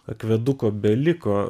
akveduko beliko